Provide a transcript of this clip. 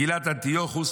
במגילת אנטיוכוס,